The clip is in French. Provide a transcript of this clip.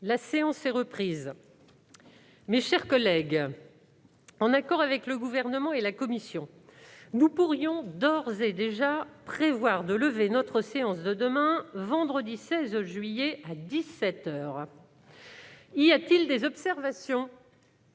La séance est reprise. Mes chers collègues, en accord avec le Gouvernement et la commission, nous pourrions d'ores et déjà prévoir de lever notre séance de demain, vendredi 16 juillet 2021, à dix-sept heures. Y a-t-il des observations ?